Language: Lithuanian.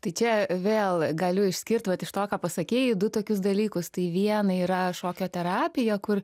tai čia vėl galiu išskirt vat iš to ką pasakei du tokius dalykus tai viena yra šokio terapija kur